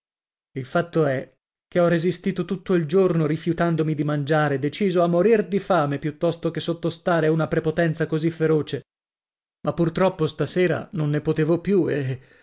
il fatto è che ho resistito tutto il giorno rifiutandomi di mangiare deciso a morir di fame piuttosto che sottostare a una prepotenza così feroce ma purtroppo stasera non ne potevo più e